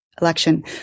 election